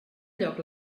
lloc